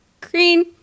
green